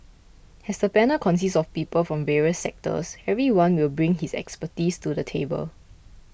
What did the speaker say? as the panel consists of people from various sectors everyone will bring his expertise to the table